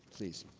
please.